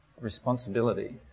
Responsibility